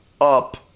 up